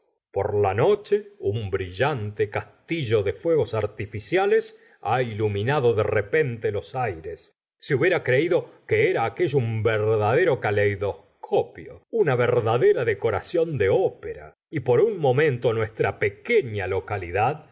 por la noche un brillante castillo de fuegos artificiales ha iluminado de repente los aires se hubiera creído que era aquello un verdadero kaleidoscopo una verdadera decoración de ópera y por un momento nuestra pequeña localidad